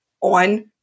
on